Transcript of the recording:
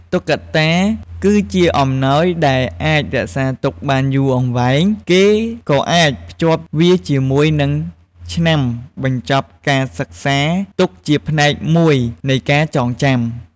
តុក្កតា គឺជាអំណោយដែលអាចរក្សាទុកបានយូរអង្វែង គេក៏អាចភ្ជាប់វាជាមួយនឹងឆ្នាំបញ្ចប់ការសិក្សា ទុកជាផ្នែកមួយនៃការចងចាំ។